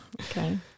Okay